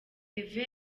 kevin